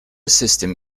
system